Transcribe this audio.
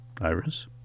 Iris